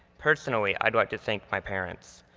personally, i'd like to thank my parents.